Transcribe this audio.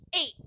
eight